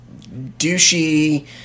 douchey